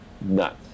nuts